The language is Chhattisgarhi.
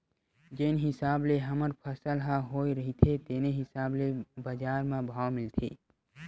जेन हिसाब ले हमर फसल ह होए रहिथे तेने हिसाब ले बजार म भाव मिलथे